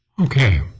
Okay